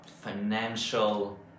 financial